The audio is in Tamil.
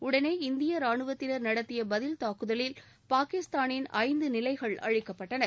உடனே இந்திய ரானுவத்தினர் நடத்திய பதில் தாக்குதலில் பாகிஸ்தானின் ஐந்து நிலைகள் அழிக்கப்பட்டன